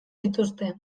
dituzte